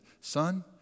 son